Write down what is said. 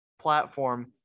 platform